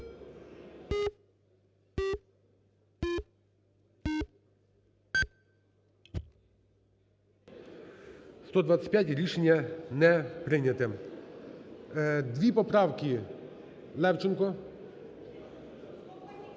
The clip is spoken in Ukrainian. За-125 Рішення не прийняте. Дві поправки, Левченко.